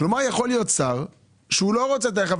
כלומר יכול להיות שר שהוא לא רוצה את הרכב,